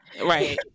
Right